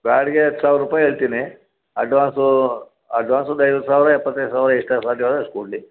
ಬಾಡ್ಗೆ ಹತ್ತು ಸಾವಿರ ರೂಪಾಯಿ ಹೇಳ್ತೀನಿ ಅಡ್ವಾನ್ಸೂ ಅಡ್ವಾನ್ಸು ಒಂದು ಐವತ್ತು ಸಾವಿರ ಎಪ್ಪತ್ತೈದು ಸಾವಿರ ಎಷ್ಟು ಸಾಧ್ಯವಾದ್ರೆ ಅಷ್ಟು ಕೊಡಲಿ